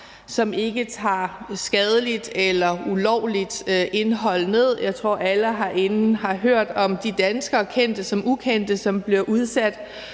som ikke tager skadeligt eller ulovligt indhold ned – jeg tror, alle herinde har hørt om de danskere, kendte som ukendte, som bliver udsat